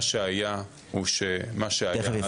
מה שהיה הוא מה שהיה עד היום.